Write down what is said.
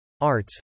arts